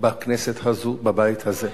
בכנסת הזאת, בבית הזה.